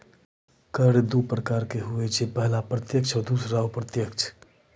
कर दु प्रकारो के होय छै, पहिला प्रत्यक्ष आरु दोसरो अप्रत्यक्ष